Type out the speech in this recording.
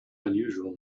unusual